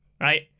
right